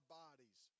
bodies